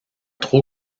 trop